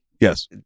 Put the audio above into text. Yes